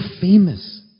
famous